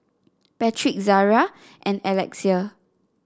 Patric Zaria and Alexia